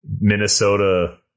Minnesota